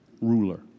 ruler